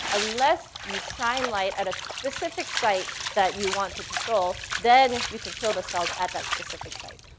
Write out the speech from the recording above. unless you shine light at a specific site that you want to control, then you can kill the cells at that specific site.